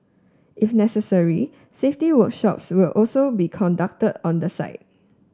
if necessary safety workshops will also be conducted on the site